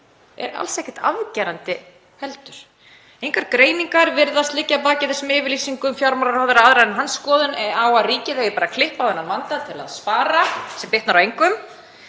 er alls ekkert afgerandi heldur, engar greiningar virðast liggja að baki þessum yfirlýsingum fjármálaráðherra aðrar en hans skoðun á að ríkið eigi bara að klippa á þennan vanda til að spara, sem bitnar á engum.